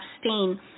abstain